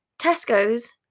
Tesco's